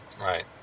Right